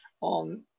on